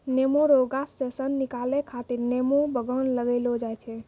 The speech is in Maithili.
नेमो रो गाछ से सन निकालै खातीर नेमो बगान लगैलो जाय छै